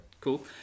Cool